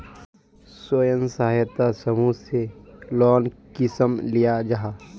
स्वयं सहायता समूह से लोन कुंसम लिया जाहा?